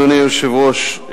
אדוני היושב-ראש,